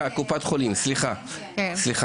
קופת חולים, בבקשה.